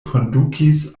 kondukis